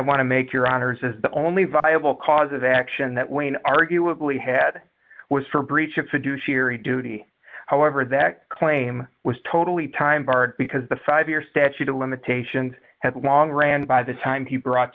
want to make your honour's is the only viable cause of action that wayne arguably had was for breach of fiduciary duty however that claim was totally time barred because the five year statute of limitations had long ran by the time he brought